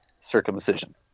circumcision